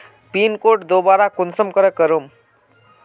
Pin code दोबारा कुंसम करे करूम?